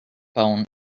bone